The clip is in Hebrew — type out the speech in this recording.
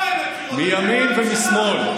מימין ומשמאל.